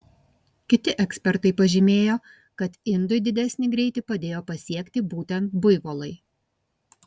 kiti ekspertai pažymėjo kad indui didesnį greitį padėjo pasiekti būtent buivolai